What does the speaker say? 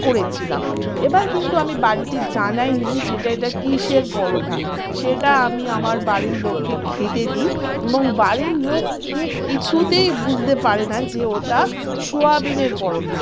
করেছিলাম এবার কিন্তু আমি বাড়িতে জানাইনি যে এটা এটা কীসের পরোটা সেটা আমি আমার বাড়ির লোককে খেতে দিই এবং বাড়ির লোক খেয়ে কিছুতেই বুঝতে পারে না যে ওটা সোয়াবিনের পরোটা